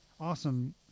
awesome